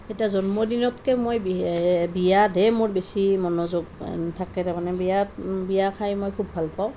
এতিয়া জন্মদিনতকৈ মই এ বিয়া ধেৰ মোৰ বেছি মনোযোগ থাকে তাৰমানে বিয়াত বিয়া খাই মই খুব ভাল পাওঁ